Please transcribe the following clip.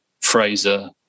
Fraser